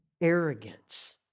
arrogance